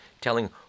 telling